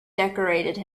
decorated